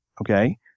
Okay